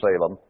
Salem